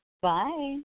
Bye